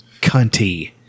cunty